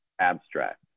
abstract